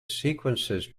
sequences